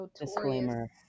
Disclaimer